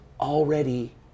already